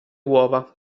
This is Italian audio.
uova